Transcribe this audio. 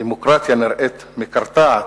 הדמוקרטיה נראית מקרטעת,